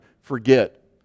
forget